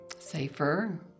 Safer